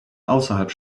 außerhalb